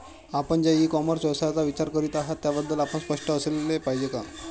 आपण ज्या e commerce व्यवसायाचा विचार करीत आहात त्याबद्दल आपण स्पष्ट असले पाहिजे का?